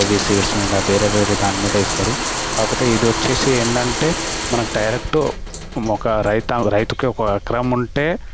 seeds మీద వేరే వేరే దానిమీద ఇస్తారు కాకపోతే ఇది వచ్చేసి ఏందంటే మనం డైరెక్ట్ ఒక రైతుకి ఒక ఎకరం ఉంటే